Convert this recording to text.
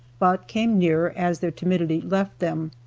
but came nearer as their timidity left them.